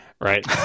right